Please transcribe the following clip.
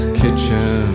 kitchen